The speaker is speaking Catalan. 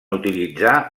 utilitzar